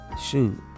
shoot